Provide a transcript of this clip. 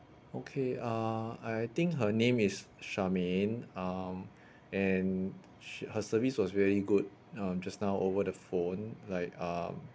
okay uh I think her name is charmaine um and she her service was really good um just now over the phone like um